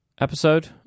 episode